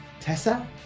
Tessa